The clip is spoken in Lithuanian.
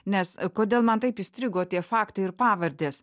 nes kodėl man taip įstrigo tie faktai ir pavardės